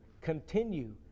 continue